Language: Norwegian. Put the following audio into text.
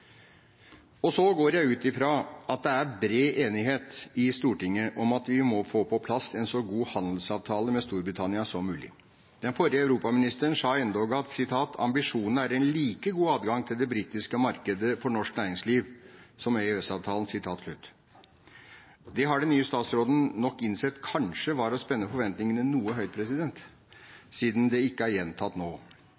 vurderingene? Så går jeg ut fra at det er bred enighet i Stortinget om at vi må få på plass en så god handelsavtale med Storbritannia som mulig. Den forrige europaministeren sa endog at ambisjonen er «like god adgang til det britiske markedet for norsk næringsliv» som EØS-avtalen. Det har den nye statsråden nok innsett kanskje var å sette forventningene noe høyt